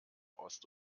ost